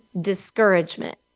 discouragement